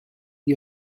the